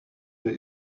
der